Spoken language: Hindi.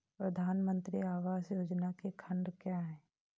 प्रधानमंत्री आवास योजना के खंड क्या हैं?